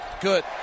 Good